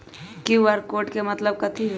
QR code के मतलब कथी होई?